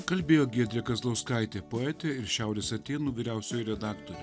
kalbėjo giedrė kazlauskaitė poetė ir šiaurės atėnų vyriausioji redaktorė